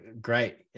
great